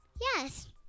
Yes